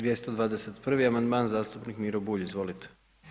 221. amandman zastupnik Miro Bulj, izvolite.